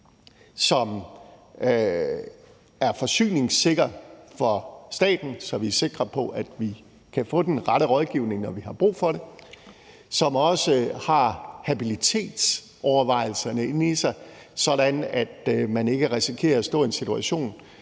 som er forsyningssikker for staten, så vi er sikre på, at vi kan få den rette rådgivning, når vi har brug for det, og som også har habilitetsovervejelserne med, sådan at man ikke risikerer at stå i en situation,